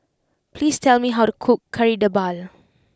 please tell me how to cook Kari Debal